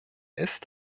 ist